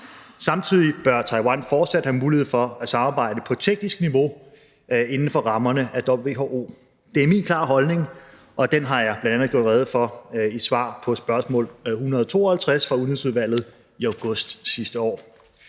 Samtidig bør Taiwan fortsat have mulighed for at samarbejde på teknisk niveau inden for rammerne af WHO. Det er min klare holdning, og den har jeg bl.a. gjort rede for i et svar på spørgsmål 152 fra Udenrigsudvalget i august sidste år.